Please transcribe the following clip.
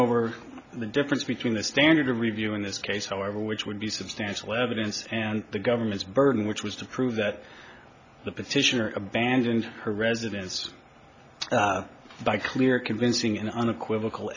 over the difference between the standard of review in this case however which would be substantial evidence and the government's burden which was to prove that the petitioner abandoned her residence by clear convincing and unequivocal